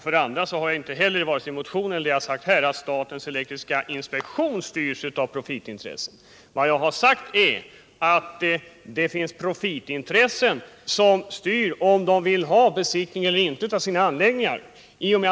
för det andra har jag inte vare sig i motionen eller i mitt anförande här sagt att statens elektriska inspektion styrs av profitintressen. Vad jag har sagt är att det finns profitintressen som styr om det skall bli besiktning av anläggningarna eller ej.